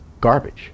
garbage